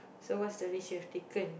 so what's the risk you have taken